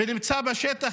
ונמצא בשטח,